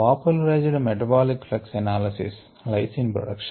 popularised metabolic flux analysis lysine production